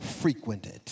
frequented